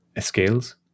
scales